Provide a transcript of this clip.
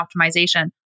optimization